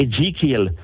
Ezekiel